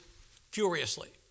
furiously